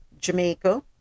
Jamaica